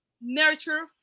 nurture